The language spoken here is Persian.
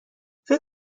فکر